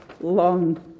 long